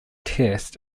tests